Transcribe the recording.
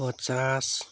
पचास